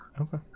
okay